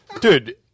Dude